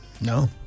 No